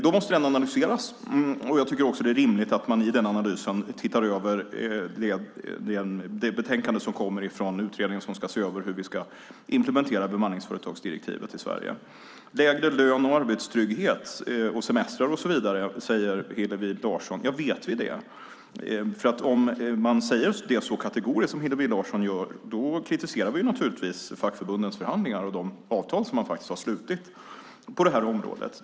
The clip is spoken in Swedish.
Då måste den analyseras, och jag tycker också att det är rimligt att man i den analysen tittar över det betänkande som kommer från utredningen som ska se över hur vi ska implementera bemanningsföretagsdirektivet i Sverige. Lägre lön, sämre arbetstrygghet och semestrar och så vidare, säger Hillevi Larsson. Vet vi det? Om man säger det så kategoriskt som Hillevi Larsson gör kritiserar man naturligtvis fackförbundens förhandlingar och de avtal som man har slutit på området.